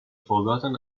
forgotten